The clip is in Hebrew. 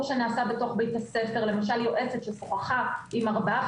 שנעשה בתוך בית הספר - למשל יועצת ששוחחה עם ארבעה,